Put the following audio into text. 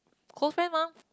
close friend mah